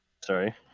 Sorry